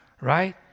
right